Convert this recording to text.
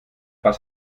was